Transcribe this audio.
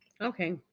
Okay